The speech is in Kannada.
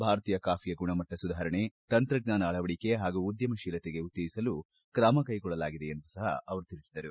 ಭಾರತೀಯ ಕಾಫಿಯ ಗುಣಮಟ್ಟ ಸುಧಾರಣೆ ತಂತ್ರಜ್ಞಾನ ಅಳವಡಿಕೆ ಹಾಗೂ ಉದ್ಯಮಶೀಲತೆಗೆ ಉತ್ತೇಜಿಸಲು ತ್ರಮ ಕೈಗೊಳ್ಳಲಾಗಿದೆ ಎಂದು ಸಹ ಅವರು ಹೇಳಿದರು